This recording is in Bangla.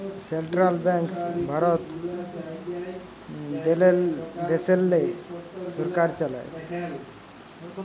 সেলট্রাল ব্যাংকস ভারত দ্যাশেল্লে সরকার চালায়